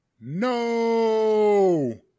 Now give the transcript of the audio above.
No